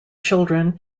children